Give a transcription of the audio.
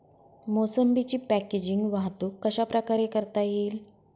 मोसंबीची पॅकेजिंग वाहतूक कशाप्रकारे करता येईल?